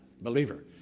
Believer